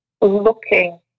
looking